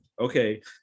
Okay